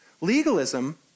Legalism